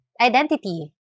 Identity